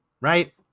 right